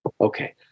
Okay